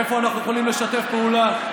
איפה אנחנו יכולים לשתף פעולה.